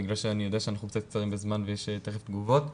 בגלל שאני יודע שאנחנו קצרים בזמן ותיכף יגיעו התגובות,